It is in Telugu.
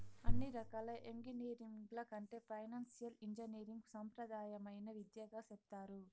అన్ని రకాల ఎంగినీరింగ్ల కంటే ఫైనాన్సియల్ ఇంజనీరింగ్ సాంప్రదాయమైన విద్యగా సెప్తారు